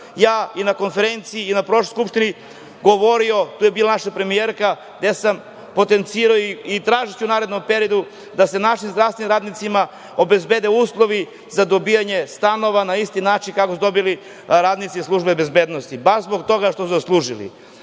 ja i na konferenciji i na prošloj Skupštini govorio, tu je bila naša premijerka, gde sam potencirao i tražiću u narednom periodu da se našim zdravstvenim radnicima obezbede uslovi za dobijanje stanova na isti način kako su dobili radnici službe bezbednosti baš zbog toga što su zaslužili.